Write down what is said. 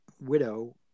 widow